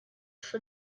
for